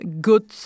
good